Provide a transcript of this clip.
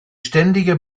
ständige